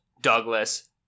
Douglas